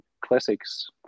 classics